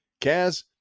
Kaz